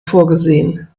vorgesehen